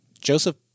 Joseph